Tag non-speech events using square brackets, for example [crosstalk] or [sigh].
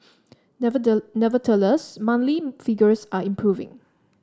[unintelligible] nevertheless monthly figures are improving